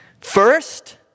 First